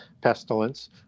pestilence